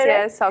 Yes